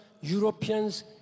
Europeans